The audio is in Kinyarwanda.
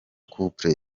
couple